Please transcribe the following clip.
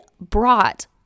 brought